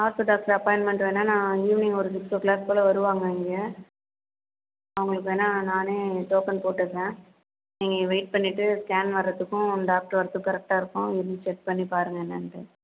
ortho doctor appointment வேணா நான் evening ஒரு சிக்ஸ் ஓ க்ளாக் போல வருவாங்க இங்கே அவங்களுக்கு வேணா நானே டோக்கன் போட்டுடறேன் நீங்கள் வெயிட் பண்ணிட்டு ஸ்கேன் வரத்துக்கும் டாக்டர் வரத்துக்கும் கரெக்ட்டாக இருக்கும் இருந்து செக் பண்ணி பாருங்கள் என்னன்ட்டு